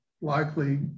likely